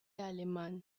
alemán